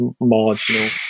marginal